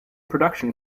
production